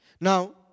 Now